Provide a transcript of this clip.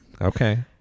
Okay